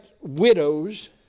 widows